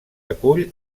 acull